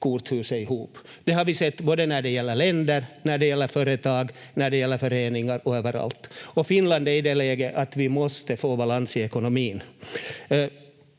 korthuset ihop. Det har vi sett både när det gäller länder, när det gäller företag, när det gäller föreningar och överallt, och Finland är i det läget att vi måste få balans i ekonomin.